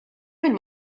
minn